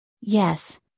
Yes